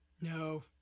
No